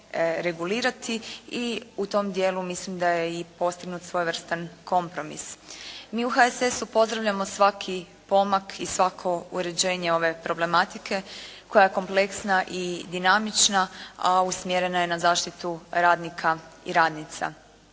regulirati i u tom dijelu mislim da je i postignut svojevrstan kompromis. Mi u HSS-u pozdravljamo svaki pomak i svako uređenje ove problematike koja je kompleksna i dinamična, a usmjerena je na zaštitu radnika i radnica.